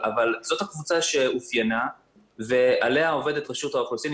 זאת הקבוצה שאופיינה ועליה עובדת רשות האוכלוסין.